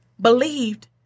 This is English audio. believed